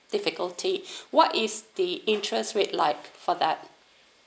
difficulty what is the interest rate like for that